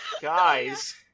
guys